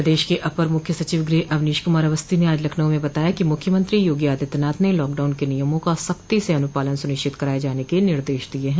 प्रदेश के अपर मुख्य सचिव गृह अवनीश कुमार अवस्थी ने आज लखनऊ में बताया कि मुख्यमंत्री योगी आदित्यनाथ ने लॉकडाउन के नियमों का सख्ती से अनुपालन सुनिश्चित कराये जाने के निर्देश दिए हैं